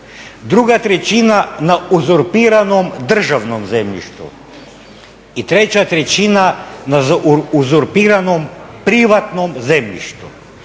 druga trećina na uzurpiranom državnom zemljištu i treća trećina na uzurpiranom privatnom zemljištu.